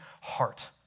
heart